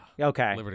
okay